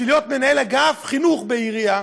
בשביל להיות מנהל אגף חינוך בעירייה,